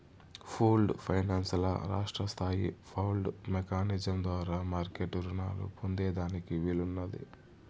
pooled finance ల రాష్ట్రస్తాయి pooled mechanism ద్వారా మార్మెట్ రునాలు పొందేదానికి వీలున్నాది